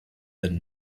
than